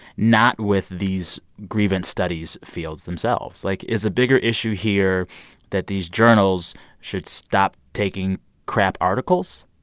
not with these grievance studies fields themselves? like, is the bigger issue here that these journals should stop taking crap articles?